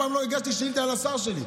אף פעם לא הגשתי שאילתה על השר שלי.